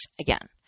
again